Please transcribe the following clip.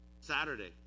Saturday